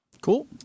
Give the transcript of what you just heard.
Cool